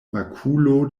makulo